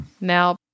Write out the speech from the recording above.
Now